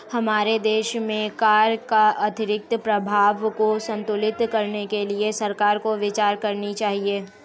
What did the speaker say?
हमारे देश में कर का आर्थिक प्रभाव को संतुलित करने के लिए सरकार को विचार करनी चाहिए